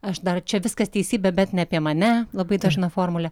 aš dar čia viskas teisybė bet ne apie mane labai dažna formulė